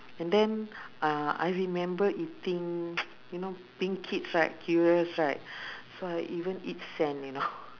and then uh I remember eating you know being kids right curious right so I even eat sand you know